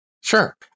Sure